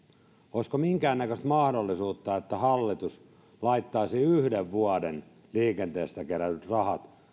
olisiko minkäännäköistä mahdollisuutta että hallitus laittaisi yhden vuoden liikenteestä kerätyt rahat